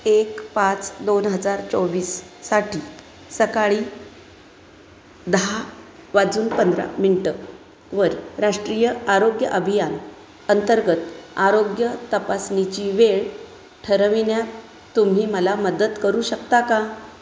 एक पाच दोन हजार चोवीससाठी सकाळी दहा वाजून पंधरा मिनटंवर राष्ट्रीय आरोग्य अभियान अंतर्गत आरोग्य तपासणीची वेळ ठरविण्यात तुम्ही मला मदत करू शकता का